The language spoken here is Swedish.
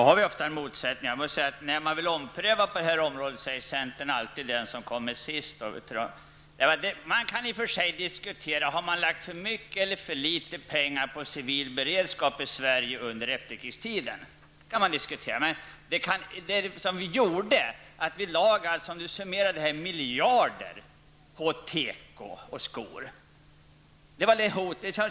Herr talman! När det är aktuellt med omprövningar på detta område, så kommer alltid centern sist med sina förslag. Det kan alltid diskuteras om det har satsats för mycket eller för litet pengar på civil beredskap i Sverige under efterkrigstiden. Det har, som jag sade, satsats miljarder på tekoindustrin och skoindustrin.